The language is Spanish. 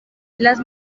las